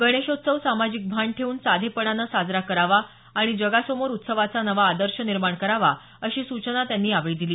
गणेशोत्सव सामाजिक भान ठेवून साधेपणाने साजरा करावा आणि जगासमोर उत्सवाचा नवा आदर्श निर्माण करावा अशी सूचना त्यांनी यावेळी दिली